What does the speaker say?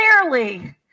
Clearly